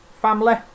family